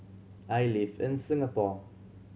I live in Singapore